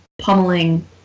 pummeling